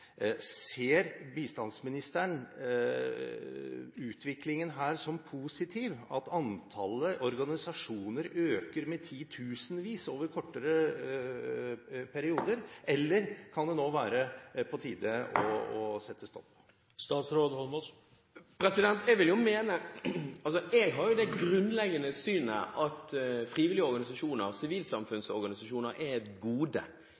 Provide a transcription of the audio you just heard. Ser bistandsministeren utviklingen her som positiv – at antallet organisasjoner øker med titusenvis over kortere perioder – eller kan det nå være på tide å sette en stopper for dette? Jeg har det grunnleggende synet at frivillige organisasjoner, sivilsamfunnsorganisasjoner, er et gode